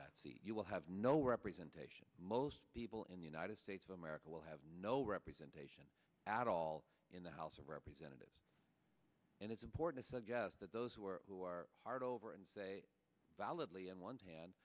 that you will have no representation most people in the united states of america will have no representation at all in the house of representatives and it's important to suggest that those who are who are hard over and say validly on one hand